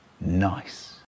Nice